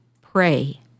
pray